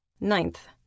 Ninth